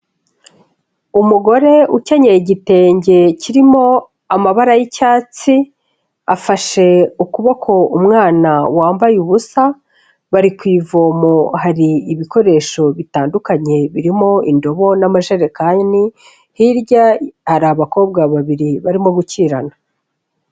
Umugore ukenyeye igitenge, kirimo amabara y'icyatsi, afashe ukuboko umwana wambaye ubusa, bari ku ivomo, hari ibikoresho bitandukanye birimo indobo n'amajerekani, hirya hari abakobwa babiri barimo gukirana.